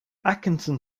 atkinson